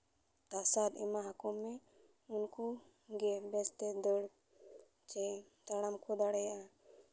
ᱛᱟᱥᱟᱫ ᱮᱢᱟ ᱟᱠᱚ ᱢᱮ ᱩᱱᱠᱩ ᱜᱮ ᱵᱮᱥᱛᱮ ᱫᱟᱹᱲ ᱪᱮ ᱛᱟᱲᱟᱢ ᱠᱚ ᱫᱟᱲᱮᱭᱟᱜᱼᱟ